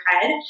head